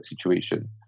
situation